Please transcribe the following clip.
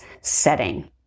setting